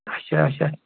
اَچھا اَچھا